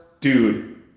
dude